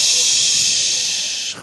לא.